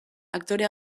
aktore